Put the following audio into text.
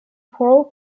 pro